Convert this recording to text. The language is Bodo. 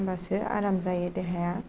होनबासो आराम जायो देहाया